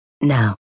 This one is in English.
Now